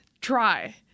try